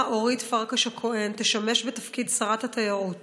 אורית פרקש הכהן תשמש בתפקיד שרת התיירות